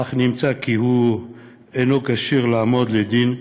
אך נמצא כי הוא אינו כשיר לעמוד לדין,